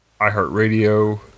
iHeartRadio